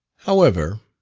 however,